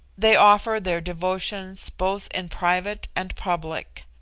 they offer their devotions both in private and public.